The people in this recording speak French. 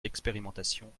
l’expérimentation